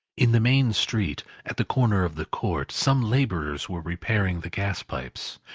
in the main street, at the corner of the court, some labourers were repairing the gas-pipes,